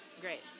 great